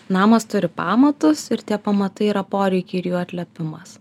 namas turi pamatus ir tie pamatai yra poreikiai ir jų atliepimas